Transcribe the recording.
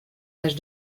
l’âge